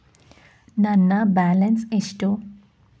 ನನ್ನ ಬ್ಯಾಲೆನ್ಸ್ ಎಷ್ಟು?